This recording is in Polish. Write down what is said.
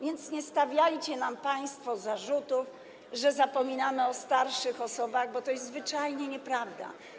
Więc nie stawiajcie nam państwo zarzutu, że zapominamy o starszych osobach, bo to jest zwyczajnie nieprawda.